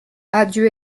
adieu